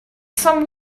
some